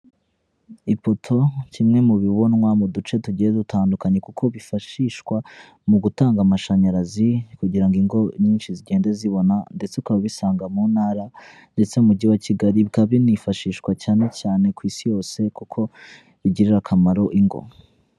Ipoto kimwe mu bibonwa mu duce tugiye dutandukanye, kuko bifashishwa mu gutanga amashanyarazi, kugira ngo ingo nyinshi zigende zibona ndetse ukaba ubisanga mu ntara ndetse n'Umujyi wa Kigali, bikaba binifashishwa cyane cyane ku isi yose kuko bigirira akamaro ingo.